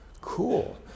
Cool